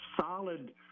solid